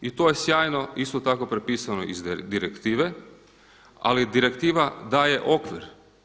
I to je sjajno isto tako prepisano iz direktive, ali direktiva daje okvir.